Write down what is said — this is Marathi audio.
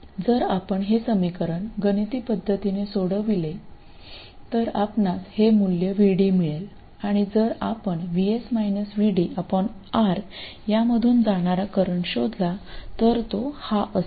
जर आपण हे समीकरण गणिती पद्धतीने सोडविले तर आपणास हे मूल्य VD मिळेल आणि जर आपण R यामधून जाणारा करंटशोधला तर तो हा असेल